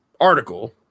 article